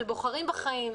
של "בוחרים בחיים",